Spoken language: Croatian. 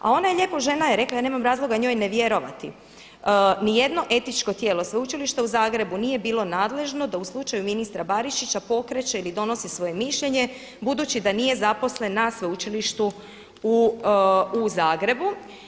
A ona je lijepo žena je rekla, ja nemam razloga njoj ne vjerovati, nijedno etičko tijelo Sveučilišta u Zagrebu nije bilo nadležno da u slučaju ministra Barišića pokreće ili donosi svoje mišljenje budući da nije zaposlen na Sveučilištu u Zagrebu.